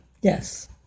yes